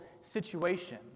situation